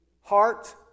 heart